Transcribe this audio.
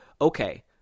okay